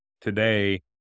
today